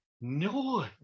No